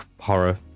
horror